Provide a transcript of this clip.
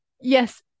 yes